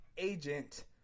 agent